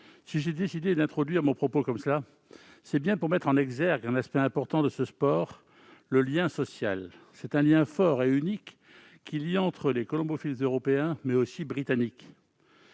Si j'ai décidé d'introduire mon propos de cette façon, c'est pour mettre en exergue un aspect important de ce sport : le lien social. C'est un lien fort et unique qui lie entre eux les colombophiles non seulement européens, mais aussi britanniques.